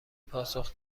پاسخ